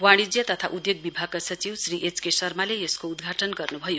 वाणिज्य तथा उद्योग विभागका सचिव श्री एच के शर्माले यसको उद्घाटन गर्नुभयो